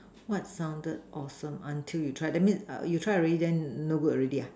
what sounded awesome until you try that means you try already then no good already ah